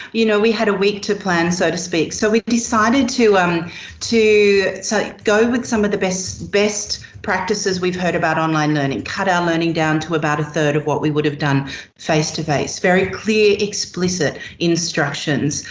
you know, we had a week to plan so to speak, so we decided to um to so go with some of the best best practices we've heard about online learning. cut our learning down to about a third of what we would have done face-to-face. very clear, explicit instructions.